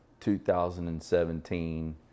2017